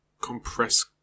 compress